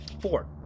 Four